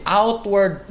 outward